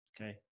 Okay